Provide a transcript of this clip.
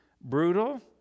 Brutal